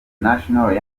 national